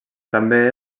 també